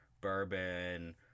bourbon—